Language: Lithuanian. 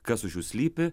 kas už jų slypi